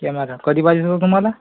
camera कधी पाहिजे होता तुम्हाला